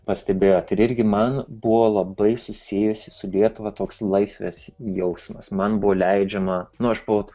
pastebėjotir irgi man buvo labai susijusi su lietuva toks laisvės jausmas man buvo leidžiama nu aš buvau